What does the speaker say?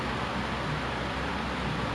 almost like most of